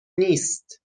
نیست